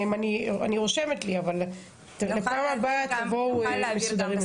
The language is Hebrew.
אני רושמת לי, אבל לפעם הבאה תבואו מסודרים יותר.